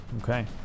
Okay